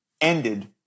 ended